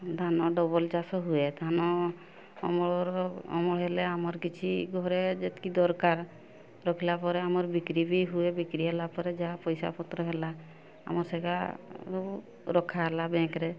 ଧାନ ଡବଲ୍ ଚାଷ ହୁଏ ଧାନ ଅମଳର ଅମଳ ହେଲେ ଆମର କିଛି ଘରେ ଯେତିକି ଦରକାର ରଖିଲା ପରେ ଆମର ବିକ୍ରି ବି ହୁଏ ବିକ୍ରି ହେଲା ପରେ ଯାହା ପଇସାପତ୍ର ହେଲା ଆମର ସେଗା ସବୁ ରଖା ହେଲା ବ୍ୟାଙ୍କ୍ରେ